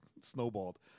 snowballed